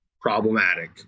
problematic